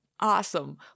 Awesome